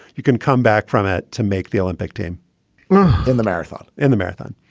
you can come back from it to make the olympic team in the marathon. in the marathon.